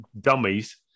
dummies